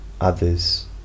others